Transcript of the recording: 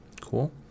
Cool